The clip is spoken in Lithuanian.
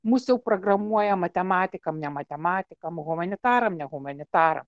mus jau programuoja matematikam ne matematikam humanitaram ne humanitara